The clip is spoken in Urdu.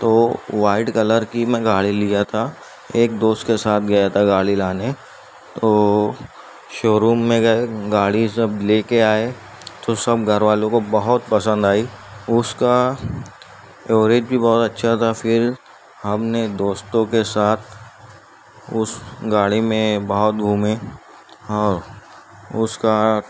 تو وائٹ کلر کی میں گاڑی لیا تھا ایک دوست کے ساتھ گیا تھا گاڑی لانے تو شوروم میں گئے گاڑی سب لے کے آئے تو سب گھر والوں کو بہت پسند آئی اس کا ایوریج بھی بہت اچھا تھا پھر ہم نے دوستوں کے ساتھ اس گاڑی میں بہت گھومے اور اس کا